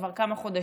כבר כמה חודשים,